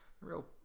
real